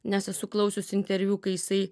nes esu klausius interviu kai jisai